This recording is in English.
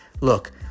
look